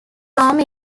rome